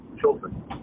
children